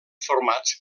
formats